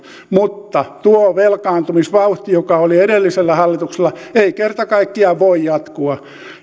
mutta tuo velkaantumisvauhti joka oli edellisellä hallituksella ei kerta kaikkiaan voi jatkua